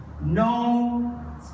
no